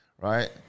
right